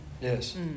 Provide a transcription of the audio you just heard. Yes